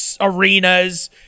arenas